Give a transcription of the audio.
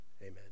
amen